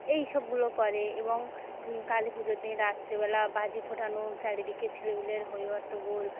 এই সবগুলো করে এবং কালী পুজোর দিন রাত্রিবেলা বাজি ফাটানো চারিদিকে ছেলেপিলের হইহট্টগোল